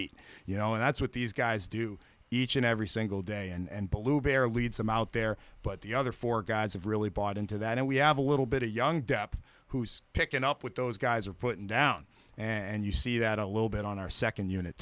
eat you know and that's what these guys do each and every single day and blew there leads them out there but the other four guys have really bought into that and we have a little bit a young depth who's picking up with those guys are putting down and you see that a little bit on our second unit